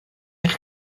eich